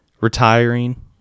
retiring